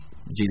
Jesus